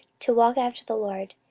to walk after the lord,